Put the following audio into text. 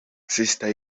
sister